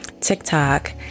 TikTok